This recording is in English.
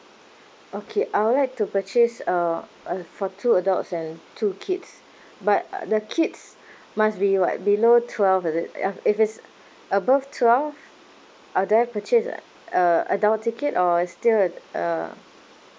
okay I would like to purchase uh uh for two adults and two kids but uh the kids must be what below twelve is it uh if it's above twelve are there purchase uh adult ticket or is still uh